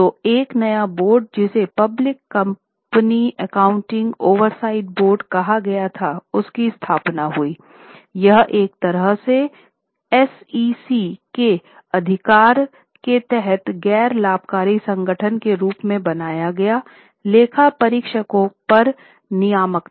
तो एक नया बोर्ड जिसे public company accounting oversight board के अधिकार के तहत गैर लाभकारी संगठन के रूप में बनाए गए लेखा परीक्षकों पर नियामक था